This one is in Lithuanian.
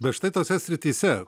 bet štai tose srityse